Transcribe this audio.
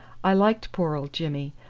i liked poor old jimmy.